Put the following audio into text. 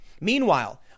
Meanwhile